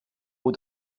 aux